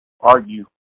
argue